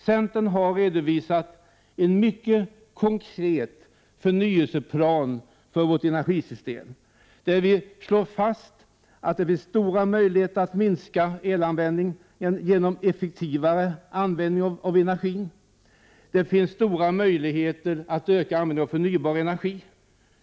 Centern har redovisat en mycket konkret förnyelseplan för vårt energisystem, där vi slår fast att det finns stora möjligheter att minska elanvändningen genom effektivare användning av energin och att det finns stora möjligheter att öka användningen av förnybar energi.